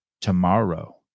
tomorrow